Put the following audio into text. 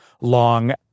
long